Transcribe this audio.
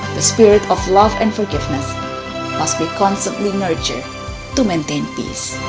the spirit of love and forgiveness must be constantly nurtured to maintain peace.